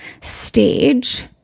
stage